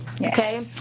Okay